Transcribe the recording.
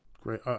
Great